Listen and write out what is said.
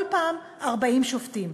כל פעם 40 שופטים.